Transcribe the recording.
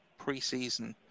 preseason